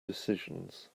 decisions